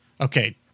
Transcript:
Okay